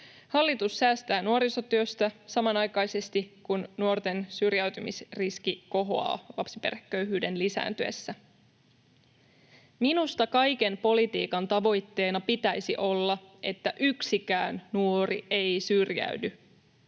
Hallitus säästää nuorisotyöstä samanaikaisesti, kun nuorten syrjäytymisriski kohoaa lapsiperheköyhyyden lisääntyessä. Minusta kaiken politiikan tavoitteena pitäisi olla, että yksikään nuori ei syrjäydy.